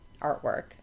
artwork